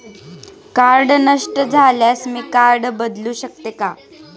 Card नष्ट झाल्यास मी कार्ड बदलू शकते का?